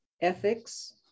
ethics